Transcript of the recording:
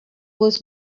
was